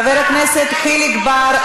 חבר הכנסת חיליק בר,